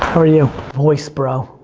are you? voice, bro,